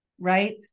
right